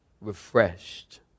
refreshed